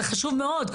זה חשוב מאוד,